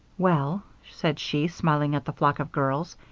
well, said she, smiling at the flock of girls,